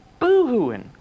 boohooing